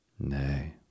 Nay